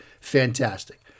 Fantastic